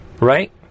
right